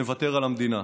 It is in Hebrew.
נוותר על המדינה.